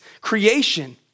creation